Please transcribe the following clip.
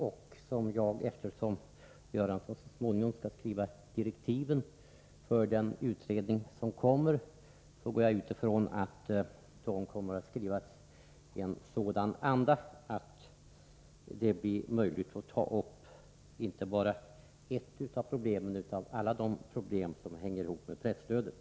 Eftersom Bengt Göransson så småningom skall skriva direktiven till den utredning som kommer, utgår jag från att de kommer att skrivas i en anda som gör att det blir möjligt att ta upp inte bara ett av problemen utan alla de problem som hänger ihop med presstödet.